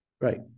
Right